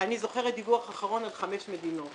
אני זוכרת דיווח אחרון על חמש מדינות